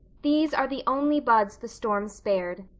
these are the only buds the storm spared.